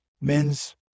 men's